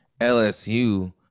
LSU